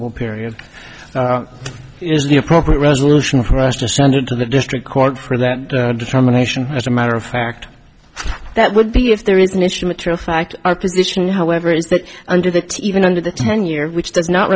will period is the appropriate resolution for us to send it to the district court for that determination as a matter of fact that would be if there is an issue material fact our position however is that under the even under the ten year which does not